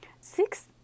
six